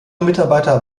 mitarbeiter